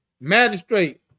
Magistrate